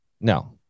no